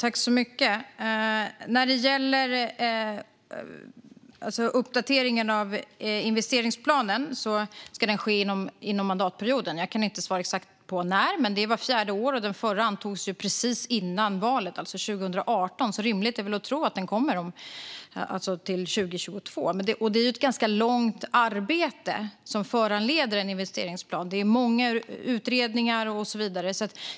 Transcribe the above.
Fru talman! Uppdateringen av investeringsplanen ska ske inom mandatperioden. Jag kan inte svara exakt när, men det är vart fjärde år. Den förra antogs precis innan valet, det vill säga 2018, så rimligt är att tro att den kommer till 2022. Detta är ett långsiktigt arbete som föranleder en investeringsplan, många utredningar och så vidare.